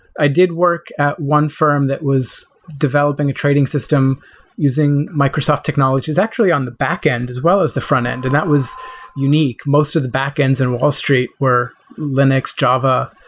i did work at one firm that was developing a trading system using microsoft technologies actually on the backend, as well as the frontend, and that was unique. most of the backends in wall street were linux, java-focused,